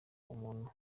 umuntu